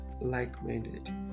like-minded